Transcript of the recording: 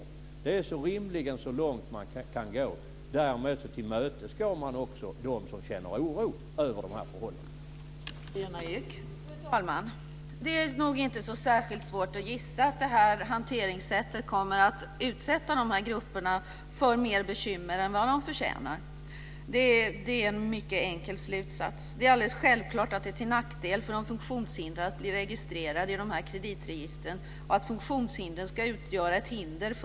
Det är så långt man rimligen kan gå, och därmed tillmötesgår man också dem som känner oro över de här förhållandena.